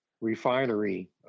refinery